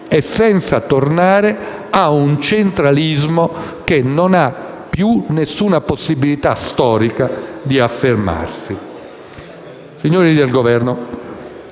né tornare a un centralismo che non ha più alcuna possibilità storica di affermarsi. Signori del Governo,